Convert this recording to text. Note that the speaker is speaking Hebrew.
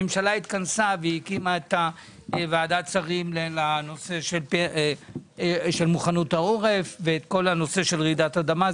הממשלה התכנסה והקימה את ועדת השרים בנושא של מוכנות העורף לרעידת אדמה,